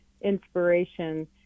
inspiration